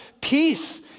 peace